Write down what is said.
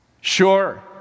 Sure